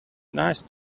nice